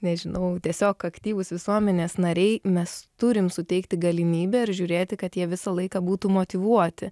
nežinau tiesiog aktyvūs visuomenės nariai mes turim suteikti galimybę ir žiūrėti kad jie visą laiką būtų motyvuoti